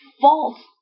false